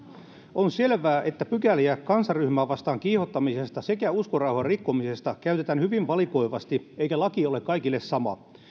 on selvää että pykäliä kansanryhmää vastaan kiihottamisesta sekä uskonrauhan rikkomisesta käytetään hyvin valikoivasti eikä laki ole kaikille sama